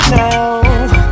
now